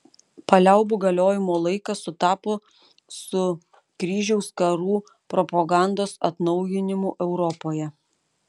paliaubų galiojimo laikas sutapo su kryžiaus karų propagandos atnaujinimu europoje